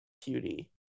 Cutie